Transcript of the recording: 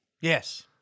Yes